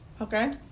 okay